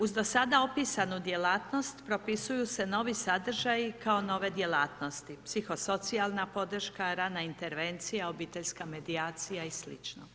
Uz do sada opisanu djelatnost propisuju se novi sadržaji kao nove djelatnosti, psihosocijalna podrška, rana intervencija, obiteljska medijacija i slično.